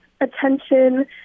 attention